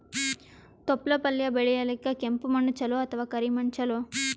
ತೊಪ್ಲಪಲ್ಯ ಬೆಳೆಯಲಿಕ ಕೆಂಪು ಮಣ್ಣು ಚಲೋ ಅಥವ ಕರಿ ಮಣ್ಣು ಚಲೋ?